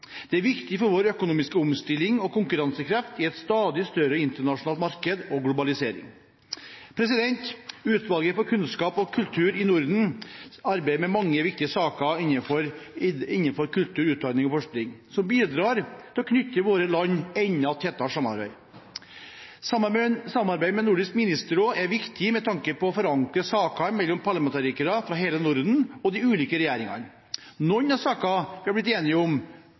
Det er viktig for vår økonomiske omstilling og konkurransekraft i et stadig større og mer internasjonalt marked preget av globalisering. Utvalget for kunnskap og kultur i Norden arbeider med mange viktige saker innenfor kultur, utdanning og forskning som bidrar til å knytte våre land enda tettere sammen. Samarbeidet i Nordisk ministerråd er viktig med tanke på å forankre saker mellom parlamentarikere fra hele Norden og fra de ulike regjeringene. Man har blitt enig om både små og store saker. Ministerrådet har